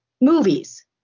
movies